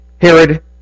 Herod